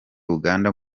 uganda